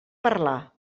parlar